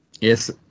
Yes